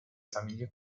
famiglie